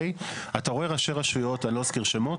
אתה רואה ראשי רשויות, אני לא אזכיר שמות,